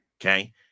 Okay